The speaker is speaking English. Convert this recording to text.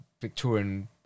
Victorian